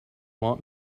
want